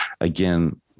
Again